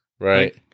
right